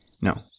No